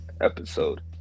episode